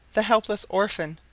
the helpless orphan,